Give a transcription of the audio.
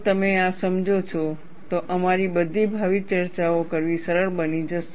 જો તમે આ સમજો છો તો અમારી બધી ભાવિ ચર્ચાઓ કરવી સરળ બની જશે